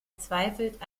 verzweifelt